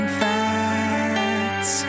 facts